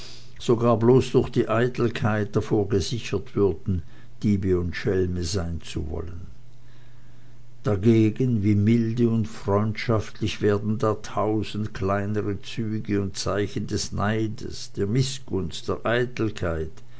sogar bloß durch die eitelkeit davor gesichert würden diebe und schelme sein zu wollen dagegen wie milde und freundschaftlich werden da tausend kleinere züge und zeichen des neides der mißgunst der eitelkeit